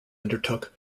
undertook